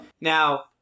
Now